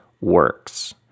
works